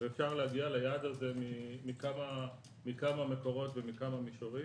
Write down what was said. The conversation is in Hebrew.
ואפשר להגיע ליעד הזה מכמה מקורות ומכמה מישורים.